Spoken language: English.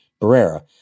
Barrera